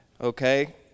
Okay